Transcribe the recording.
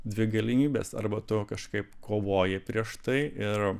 dvi galimybės arba tu kažkaip kovoji prieš tai ir